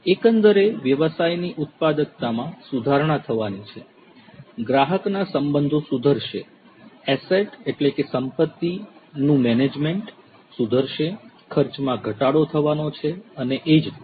એકંદરે વ્યવસાયની ઉત્પાદકતામાં સુધારણા થવાની છે ગ્રાહકના સંબંધો સુધરશે એસેટ સંપતિ મેનેજમેન્ટ સુધરશે ખર્ચમાં ઘટાડો થવાનો છે અને એ જ રીતે